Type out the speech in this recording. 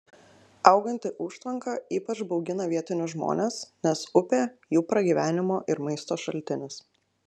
auganti užtvanka ypač baugina vietinius žmones nes upė jų pragyvenimo ir maisto šaltinis